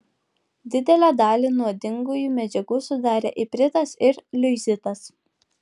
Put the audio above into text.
didelę dalį nuodingųjų medžiagų sudarė ipritas ir liuizitas